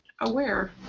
aware